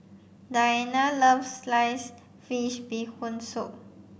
Diana loves sliced fish bee hoon soup